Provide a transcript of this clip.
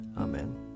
Amen